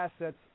assets